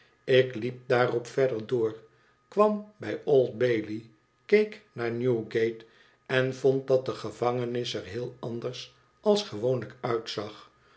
ik liep daarop verder door kwam bij old bailey keek naar newgate en vond dat de gevangenis er heel anders als gewoonlijk uitzag